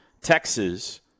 Texas